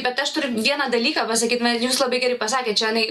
bet aš turiu vieną dalyką pasakyt na jūs labai gerai pasakėt čionai